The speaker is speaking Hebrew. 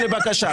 בקשה.